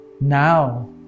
Now